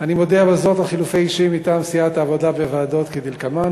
אני מודיע בזאת על חילופי אישים מטעם סיעת העבודה בוועדות כדלקמן: